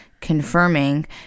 confirming